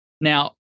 Now